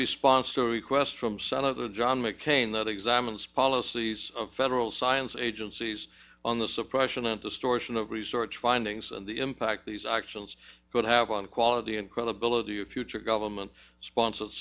response to request from senator john mccain that examines policies of federal science agencies on the suppression and distortion of research findings and the impact these actions could have on the quality and credibility of future government sponsored